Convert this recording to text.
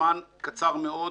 הזמן קצר מאוד.